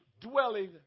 dwelling